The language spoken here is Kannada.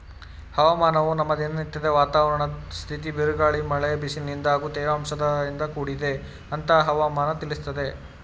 ಹವಾಮಾನವು ನಮ್ಮ ದಿನನತ್ಯದ ವಾತಾವರಣದ್ ಸ್ಥಿತಿ ಬಿರುಗಾಳಿ ಮಳೆ ಬಿಸಿಲಿನಿಂದ ಹಾಗೂ ತೇವಾಂಶದಿಂದ ಕೂಡಿದೆ ಅಂತ ಹವಾಮನ ತಿಳಿಸ್ತದೆ